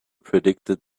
predicted